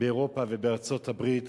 באירופה ובארצות-הברית,